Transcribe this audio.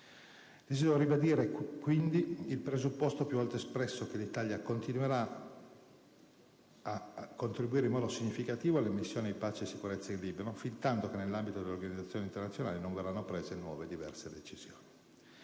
quindi ribadire il presupposto più volte espresso che l'Italia continuerà a contribuire in modo significativo alla missione di pace e sicurezza in Libano fintanto che nell'ambito delle organizzazioni internazionali non verranno prese nuove e diverse decisioni.